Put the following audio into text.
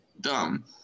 dumb